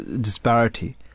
disparity